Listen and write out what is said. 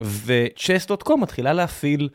וצ'ס דוט קום מתחילה להפעיל.